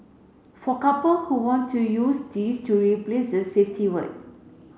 for couple who want to use this to replace the safety word